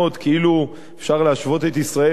כאילו אפשר להשוות את ישראל לאיזה